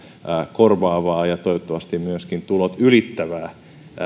korvaavaa ja toivottavasti myöskin tulot ylittävää